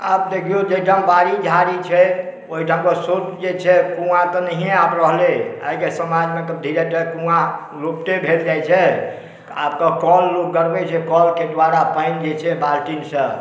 आब देखियौ जाहिठाम बारी झारी छै ओहिठामक स्रोत जे छै से कुआँ तऽ नहिये आब रहलै आइके समाजमे कुआँ विलुप्ते भेल जाइ छै आब तऽ कल लोक गड़बै छै कलके दुआरा पानिजे छै बालटीन सॅं